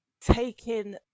taking